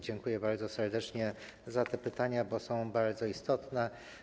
Dziękuję bardzo serdecznie za te pytania, bo są one bardzo istotne.